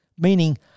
meaning